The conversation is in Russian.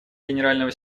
генерального